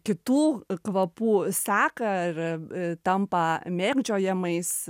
kitų kvapų seką ir tampa mėgdžiojamais